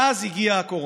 ואז הגיעה הקורונה,